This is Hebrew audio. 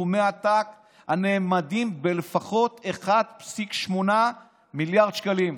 "סכומי עתק הנאמדים בלפחות 1.8 מיליארד שקלים".